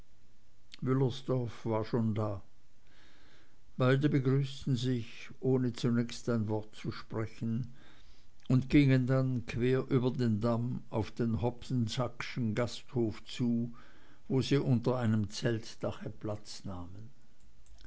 war schon da beide begrüßten sich ohne zunächst ein wort zu sprechen und gingen dann quer über den damm auf den hoppensackschen gasthof zu wo sie unter einem zeltdach platz nahmen